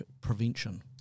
prevention